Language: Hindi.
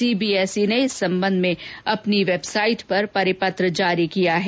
सीबीएसई ने इस संबंध में अपनी वेबसाइट पर परिपत्र जारी किया है